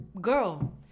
Girl